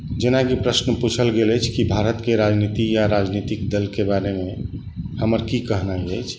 जेनाकि प्रश्न पूछल गेल अछि कि भारतके राजनीति या राजनीतिक दलके बारेमे हमर की कहनाइ अछि